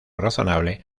razonable